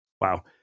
Wow